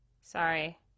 sorry